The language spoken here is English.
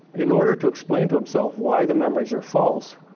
in order to explain to himself why the memories are false,